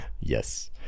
Yes